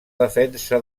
defensa